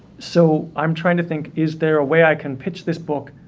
so i'm trying to think, is there a way i can pitch this book,